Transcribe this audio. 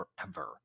forever